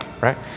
right